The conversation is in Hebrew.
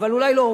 אבל אולי לא.